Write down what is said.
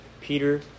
Peter